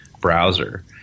browser